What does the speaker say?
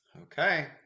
Okay